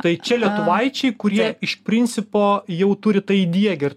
tai čia lietuvaičiai kurie iš principo jau turi tai diegę ir